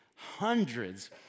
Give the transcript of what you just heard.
Hundreds